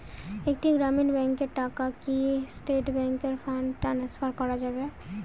একটি গ্রামীণ ব্যাংকের টাকা কি স্টেট ব্যাংকে ফান্ড ট্রান্সফার করা যাবে?